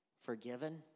forgiven